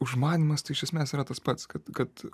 užmanymas tai iš esmės yra tas pats kas kad kad